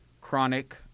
chronic